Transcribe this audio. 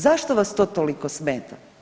Zašto vas to toliko smeta?